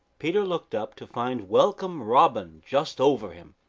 peter looked up to find welcome robin just over him.